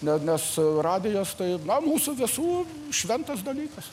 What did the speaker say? ne nes radijas tai na mūsų visų šventas dalykas